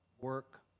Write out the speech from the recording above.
work